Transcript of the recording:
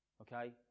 Okay